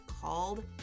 called